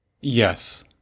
yes